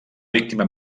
víctima